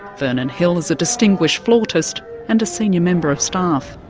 vernon hill is a distinguished flautist and a senior member of staff.